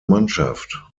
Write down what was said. mannschaft